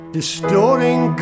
Distorting